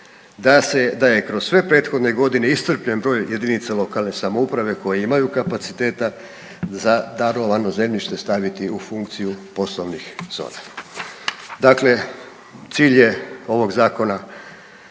da je kroz sve prethodne godine iscrpljen broj jedinica lokalne samouprave koje imaju kapaciteta za darovano zemljište staviti u funkciju poslovnih zona. Dakle, cilj je ovog zakona